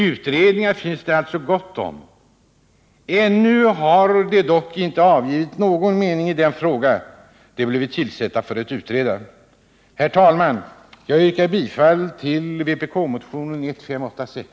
Utredningar finns det alltså gott om. Ännu har de dock inte avgivit någon mening i den fråga de blivit tillsatta att utreda. Herr talman! Jag yrkar bifall till vpk-motionen 1586.